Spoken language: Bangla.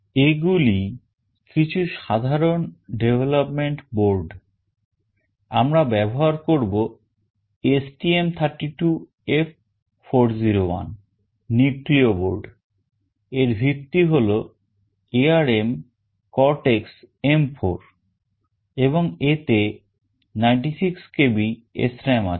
এগুলি কিছু সাধারণ development board আমরা ব্যবহার করব STM32F401 Nucleo board এর ভিত্তি হলো ARM Cortex M4 এবং এতে 96 KB SRAM আছে